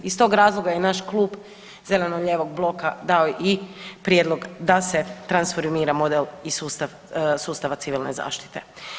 I iz tog razloga i naš Klub zeleno-lijevog bloka dao i prijedlog da se transformira model i sustav, sustava civilne zaštite.